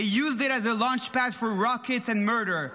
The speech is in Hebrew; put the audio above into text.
They used it as a Launchpad for rockets and murder.